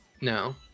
No